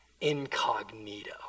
incognito